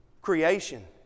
creation